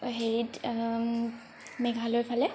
হেৰিত মেঘালয় ফালে